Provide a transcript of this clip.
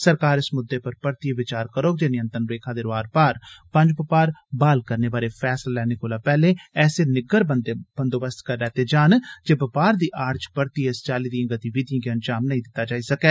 सरकार इस मुद्दे पर परतियै बचार करोग जे नियंत्रण रेखा दे रोआर पार बंज बपार ब्हाल करने बारे फैसला लैने कोला पैहले ऐसे निग्गर बंदोबस्त करी लैते जान तां जे बपार दी आड़ च परतियै इस चाल्ली दिएं गतिविधिएं गी अंजाम नेई दित्ता जाई सकै